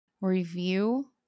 Review